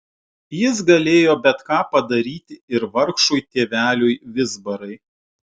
jis galėjo bet ką padaryti ir vargšui tėveliui vizbarai